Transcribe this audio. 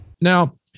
Now